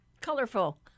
Colorful